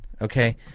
okay